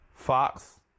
Fox